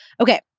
Okay